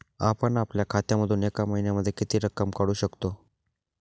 आपण आपल्या खात्यामधून एका महिन्यामधे किती रक्कम काढू शकतो?